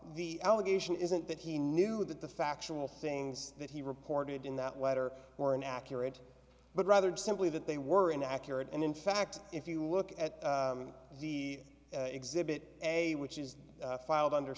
the allegation isn't that he knew that the factual things that he reported in that letter were an accurate but rather simply that they weren't accurate and in fact if you look at the exhibit a which is filed under